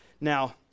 Now